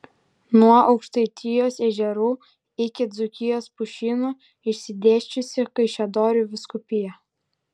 nuo aukštaitijos ežerų iki dzūkijos pušynų išsidėsčiusi kaišiadorių vyskupija